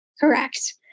Correct